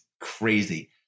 crazy